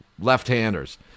Left-handers